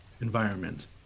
environment